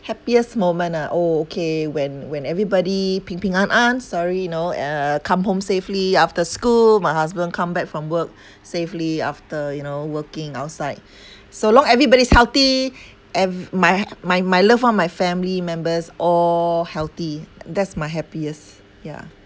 happiest moment ah oh okay when when everybody 平平安安 sorry you know uh come home safely after school my husband come back from work safely after you know working outside so long everybody is healthy and my my my love one my family members all healthy that's my happiest yeah